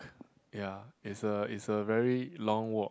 ya it's a it's a very long walk